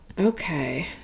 okay